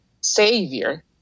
Savior